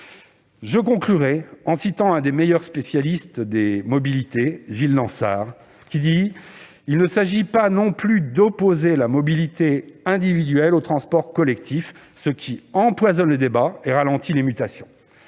intervention en citant l'un des meilleurs spécialistes des mobilités, Gilles Dansart :« Il ne s'agit pas non plus d'opposer la mobilité individuelle aux transports collectifs, ce qui empoisonne le débat et ralentit les mutations.